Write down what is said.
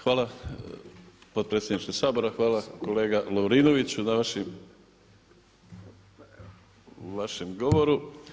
Hvala potpredsjedniče Sabora, hvala kolega Lovrinoviću na vašem govoru.